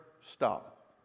stop